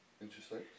Interesting